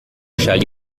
shall